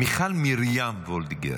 מיכל מרים וולדיגר.